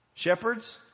Shepherds